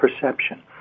perception